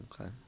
Okay